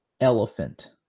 elephant